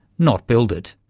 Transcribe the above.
not build it.